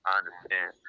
understand